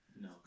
No